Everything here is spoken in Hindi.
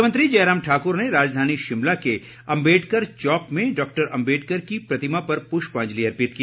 मुख्यमंत्री जयराम ठाकुर ने राजधानी शिमला के अम्बेडकर चौक में डॉक्टर अम्बेडकर की प्रतिमा पर पुष्पांजलि अर्पित की